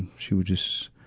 she would just,